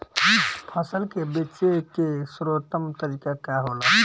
फसल के बेचे के सर्वोत्तम तरीका का होला?